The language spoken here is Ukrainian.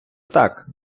так